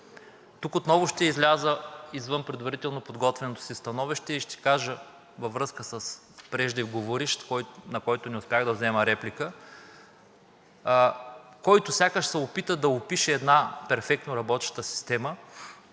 Тук отново ще изляза извън предварително подготвеното си становище и ще кажа във връзка с преждеговорившия, на който не успях да взема реплика, който сякаш се опита да опише една перфектно работеща система